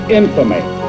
infamy